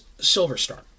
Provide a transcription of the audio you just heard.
Silverstar